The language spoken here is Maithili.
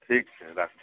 ठीक छै राखू